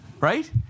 Right